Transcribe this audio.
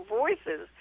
voices